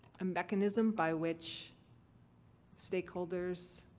a mechanism by which stakeholders.